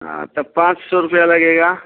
हाँ तब पाँच सौ रुपया लगेगा